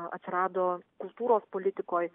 atsirado kultūros politikoj